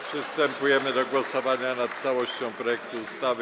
Przystępujemy do głosowania nad całością projektu ustawy.